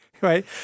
right